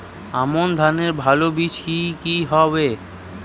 আমান ধানের ভালো বীজ কি কি হবে?